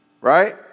Right